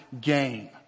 gain